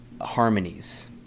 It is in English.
harmonies